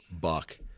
buck